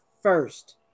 first